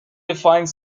defined